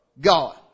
God